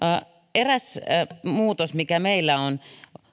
eräs muutos mikä meillä on